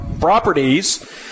Properties